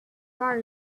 far